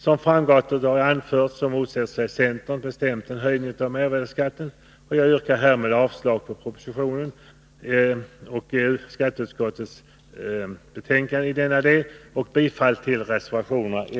Som framgått av vad jag anfört motsätter sig centern bestämt en höjning av mervärdeskatten, och jag yrkar därför avslag på skatteutskot 43